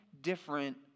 different